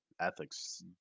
ethics